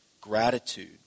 gratitude